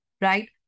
right